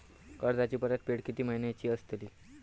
कर्जाची परतफेड कीती महिन्याची असतली?